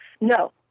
No